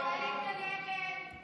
ההסתייגות של חבר הכנסת יעקב